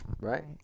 right